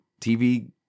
TV